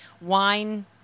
wine